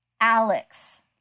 Alex